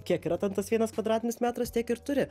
kiek yra ten tas vienas kvadratinis metras tiek ir turi